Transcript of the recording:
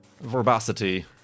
verbosity